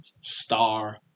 Star